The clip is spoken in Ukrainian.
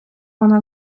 вона